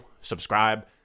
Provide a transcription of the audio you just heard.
subscribe